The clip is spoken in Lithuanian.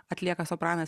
atlieka sopranas